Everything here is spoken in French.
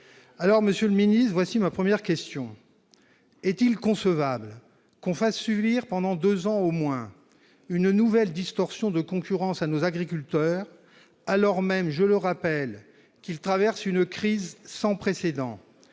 solution pour remédier à cette utilisation. Est-il concevable qu'on fasse subir, pendant deux ans au moins, une nouvelle distorsion de concurrence à nos agriculteurs, alors même, je le rappelle, qu'ils traversent une crise sans précédent,